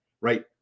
right